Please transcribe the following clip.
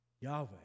Yahweh